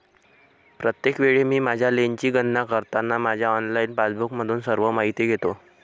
प्रत्येक वेळी मी माझ्या लेनची गणना करताना माझ्या ऑनलाइन पासबुकमधून सर्व माहिती घेतो